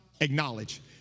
acknowledge